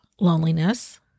loneliness